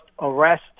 arrest